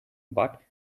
but